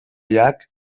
llac